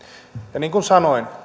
ja niin kuin sanoin